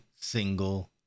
single